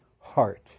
heart